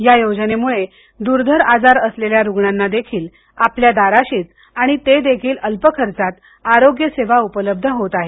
या योजनेमुळे दुर्धर आजार असलेल्या रुग्णांना देखील आपल्या दाराशीच आणि ते देखील अल्प खर्चात आरोग्य सेवा उपलब्ध होत आहेत